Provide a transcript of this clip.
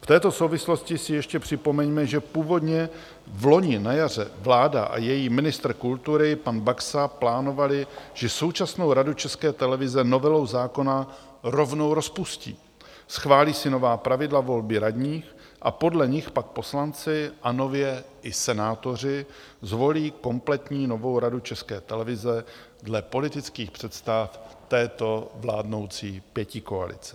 V této souvislosti si ještě připomeňme, že původně vloni na jaře vláda a její ministr kultury pan Baxa plánovali, že současnou Radu České televize novelou zákona rovnou rozpustí, schválí si nová pravidla volby radních a podle nich pak poslanci a nově i senátoři zvolí kompletní novou Radu České televize dle politických představ této vládnoucí pětikoalice.